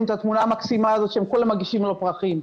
את התמונה המקסימה הזאת שכולם מגישים לו פרחים.